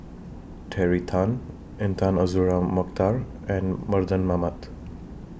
Terry Tan Intan Azura Mokhtar and Mardan Mamat